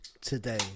today